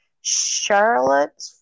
charlotte